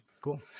Cool